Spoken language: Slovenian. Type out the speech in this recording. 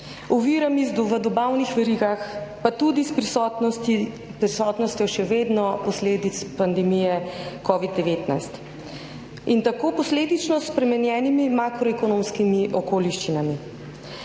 ovirami v dobavnih verigah, pa tudi s prisotnostjo še vedno posledic pandemije covid-19, in tako posledično s spremenjenimi makroekonomskimi okoliščinami.